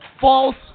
false